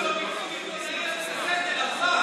עכשיו כשמרביצים לעיתונאי זה בסדר.